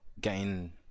gain